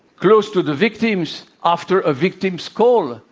close to the victims after a victim's call,